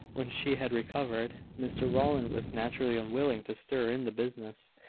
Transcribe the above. when she had recovered. mr rowland was naturally unwilling to stir in the business,